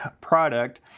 product